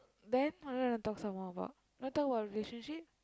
then what you want to talk some more about want to talk about relationship